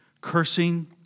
cursing